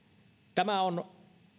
tämä on